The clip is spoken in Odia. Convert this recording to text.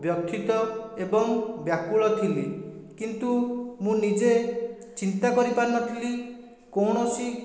ବ୍ୟଖିତ ଏବଂ ବ୍ୟାକୁଳ ଥିଲି କିନ୍ତୁ ମୁଁ ନିଜେ ଚିନ୍ତା କରିପାରିନଥିଲି କୌଣସି